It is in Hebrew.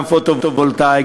גם פוטו-וולטאי,